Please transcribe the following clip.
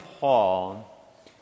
Paul